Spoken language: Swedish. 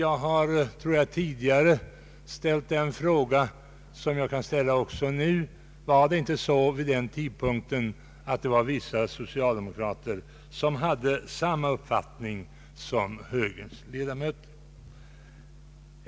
Jag tror att jag tidigare har ställt den fråga som jag kan ställa även nu: Hade inte vissa socialdemokrater vid den tidpunkten samma uppfattning som högerns ledamöter?